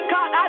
God